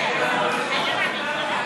להעביר לוועדה